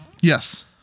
yes